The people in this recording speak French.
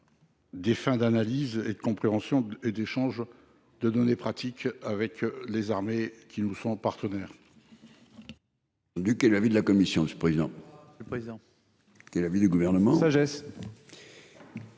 des fins d'analyse, de compréhension et d'échange de bonnes pratiques avec les armées partenaires.